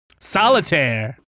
solitaire